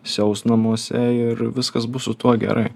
siaus namuose ir viskas bus su tuo gerai